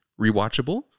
rewatchable